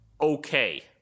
Okay